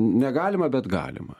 negalima bet galima